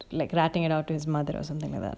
like writing it out to his mother or something like that